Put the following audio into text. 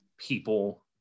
people